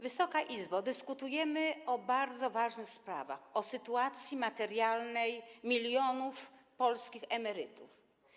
Wysoka Izbo, dyskutujemy o bardzo ważnych sprawach, o sytuacji materialnej milionów polskich emerytów.